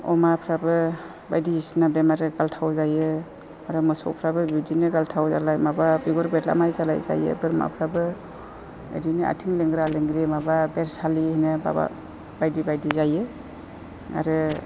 अमाफ्राबो बायदिसिना बेमार गालथाव जायो आरो मोसौफ्राबो बिदिनो गालथाव जालाय माबा बिगुर बेरलाबनाय जालायो बोरमाफ्राबो ओरैनो आथिं लेंग्रा लेंग्रि माबा बेरसालि होनो माबा बायदि बायदि जायो आरो